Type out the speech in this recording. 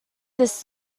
this